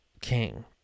king